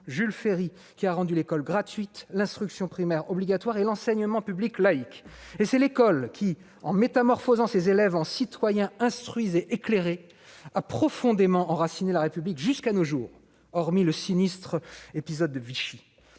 Jules Ferry, qui a rendu l'école gratuite, l'instruction primaire obligatoire et l'enseignement public laïc ; et c'est l'école qui, en métamorphosant ses élèves en citoyens instruits et éclairés, a profondément enraciné la République jusqu'à nos jours, si l'on excepte le sinistre épisode de Vichy.